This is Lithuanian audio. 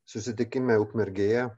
susitikime ukmergėje